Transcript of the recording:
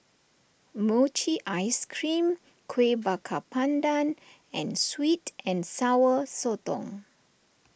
Mochi Ice Cream Kueh Bakar Pandan and Sweet and Sour Sotong